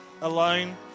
alone